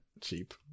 cheap